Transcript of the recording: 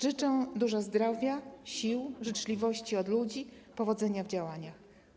Życzę dużo zdrowia, sił, życzliwości od ludzi, powodzenia w działaniach.